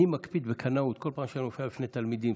בכל פעם שאני מופיע בפני תלמידים,